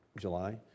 July